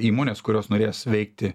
įmonės kurios norės veikti